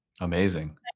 Amazing